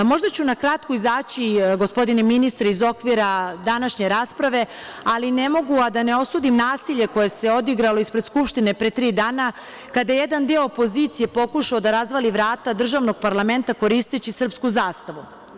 Možda ću na kratko izaći, gospodine ministre, iz okvira današnje rasprave, ali ne mogu a da ne osudim nasilje koje se odigralo ispred Skupštine pre tri dana, a kada je jedan deo opozicije pokušao da razvali vrata državnog parlamenta koristeći srpsku zastavu.